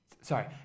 Sorry